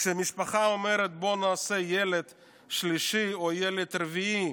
כשמשפחה אומרת: בוא נעשה ילד שלישי או רביעי,